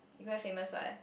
he quite famous what